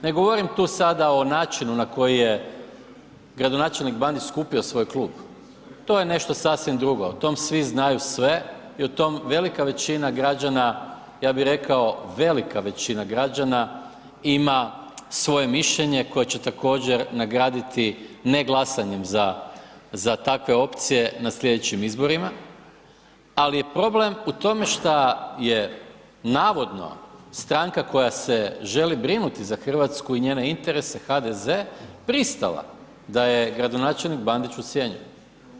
Ne govorim tu sada o načinu na koji je gradonačelnik Bandić skupio svoj klub, to je nešto sasvim drugo o tom svi znaju sve i o tom velika većina građana, ja bi rekao velika većina građana ima svoje mišljenje koje će također nagraditi ne glasanjem za takve opcije na slijedećim izborima, ali je problem u tome šta je navodno stranka koja se želi brinuti za Hrvatsku i njene interese HDZ pristala da je gradonačelnik Bandić ucjenjuje.